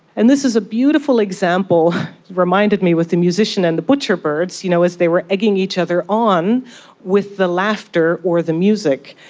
and this is a beautiful example, it reminded me with the musician and the butcherbirds you know as they were egging each other on with the laughter or the music.